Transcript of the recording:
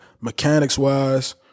mechanics-wise